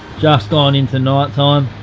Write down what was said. just gone into night time.